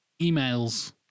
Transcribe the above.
emails